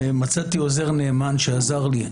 ומצאתי עוזר נאמן, שעזר לי.